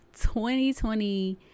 2020